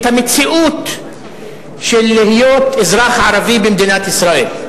את המציאות של להיות אזרח ערבי במדינת ישראל.